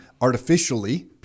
artificially